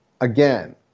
again